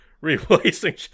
replacing